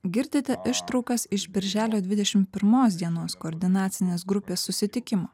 girdite ištraukas iš birželio dvidešimt pirmos dienos koordinacinės grupės susitikimo